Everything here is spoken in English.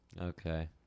Okay